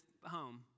home